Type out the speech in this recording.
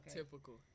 typical